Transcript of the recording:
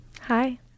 Hi